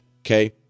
Okay